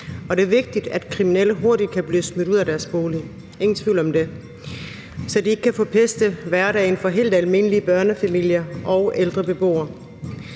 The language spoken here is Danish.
og det er vigtigt, at kriminelle hurtigt kan blive smidt ud af deres bolig – ingen tvivl om det – så de ikke kan forpeste hverdagen for helt almindelige børnefamilier og ældre beboere.